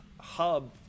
hub